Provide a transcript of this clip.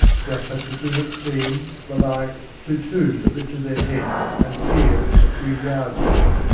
just such a thing it seemed, belike, to two that lifted their heads and peered from a few yards off,